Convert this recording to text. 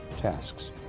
tasks